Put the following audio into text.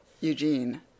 eugene